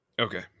Okay